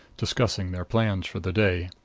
discussing their plans for the day.